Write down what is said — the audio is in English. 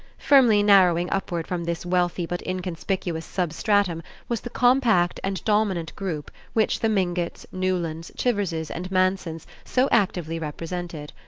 firmly narrowing upward from this wealthy but inconspicuous substratum was the compact and dominant group which the mingotts, newlands, chiverses and mansons so actively represented.